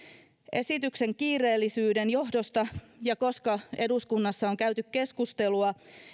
esityksen kiireellisyyden johdosta ja koska eduskunnassa on käyty keskustelua